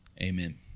Amen